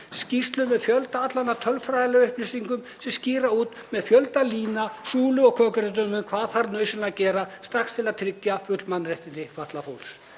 skýrslur með fjöldann allan af tölfræðilegum upplýsingum sem skýra út með fjölda línurita, súlurita og kökurita hvað þarf nauðsynlega að gera strax til að tryggja full mannréttindi fatlaðs fólks.